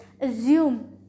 assume